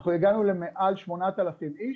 אנחנו הגענו למעל שמונה אלף איש,